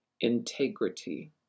Integrity